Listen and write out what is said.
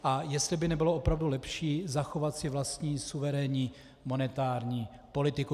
A jestli by nebylo opravdu lepší zachovat si vlastní suverénní monetární politiku.